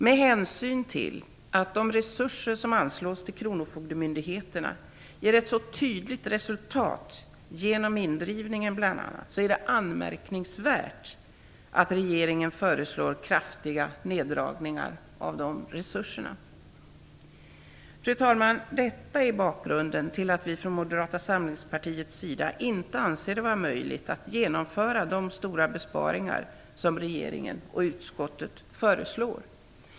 Med hänsyn till att de resurser som anslås till kronofogdemyndigheterna ger ett så tydligt resultat, genom bl.a. indrivningen, är det anmärkningsvärt att regeringen föreslår kraftiga neddragningar av de resurserna. Fru talman! Detta är bakgrunden till att vi från Moderata samlingspartiets sida inte anser det vara möjligt att genomföra de stora besparingar som regeringen och utskottet föreslår.